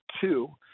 two